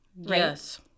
yes